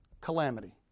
Calamity